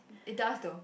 it does though